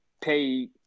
pay